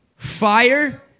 Fire